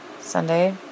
Sunday